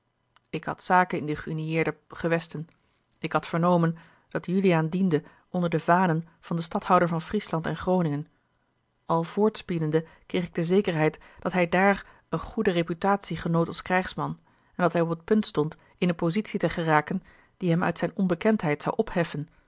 ik had zaken in de geuniëerde gewesten ik had vernomen dat juliaan diende onder de vanen van den stadhouder van friesland en groningen al voortspiedende kreeg ik de zekerheid dat hij dààr eene goede reputatie genoot als krijgsman en dat hij op het punt stond in eene positie te geraken die hem uit zijne onbekendheid zou opheffen